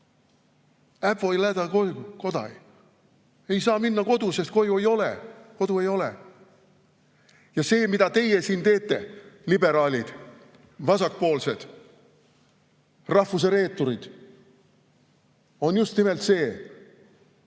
voi lǟ’dõ kuodāj– ei saa minna koju, sest kodu ei ole. See, mida teie siin teete, liberaalid, vasakpoolsed, rahvuse reeturid, on just nimelt see, et